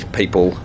people